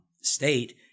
state